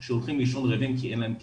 שהולכים לישון רעבים כי אין להם כסף.